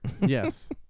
Yes